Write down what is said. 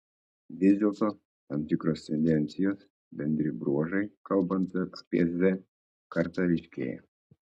vis dėlto tam tikros tendencijos bendri bruožai kalbant apie z kartą ryškėja